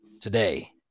today